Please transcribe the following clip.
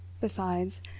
Besides